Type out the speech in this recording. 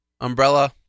umbrella